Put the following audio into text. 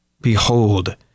Behold